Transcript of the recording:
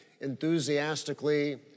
enthusiastically